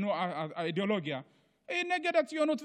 האידיאולוגיה היא נגד הציונות,